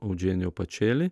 audženijo pačėlį